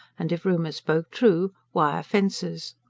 and, if rumour spoke true, wire-fences.